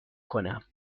کنم